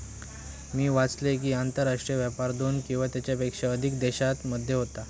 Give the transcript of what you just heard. मी वाचलंय कि, आंतरराष्ट्रीय व्यापार दोन किंवा त्येच्यापेक्षा अधिक देशांमध्ये होता